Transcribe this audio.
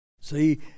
See